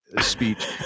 speech